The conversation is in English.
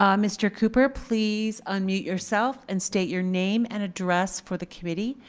um mr. cooper, please unmute yourself and state your name and address for the committee.